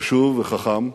חשוב וחכם,